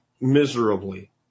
miserably